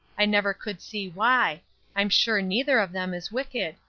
i never could see why i'm sure neither of them is wicked.